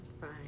fine